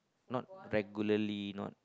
not regularly not